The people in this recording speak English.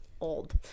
Old